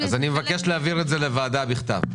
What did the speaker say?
אני מבקש להעביר את זה לוועדה בכתב.